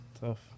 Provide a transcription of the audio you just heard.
Tough